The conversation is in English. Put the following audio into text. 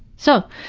so,